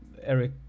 Eric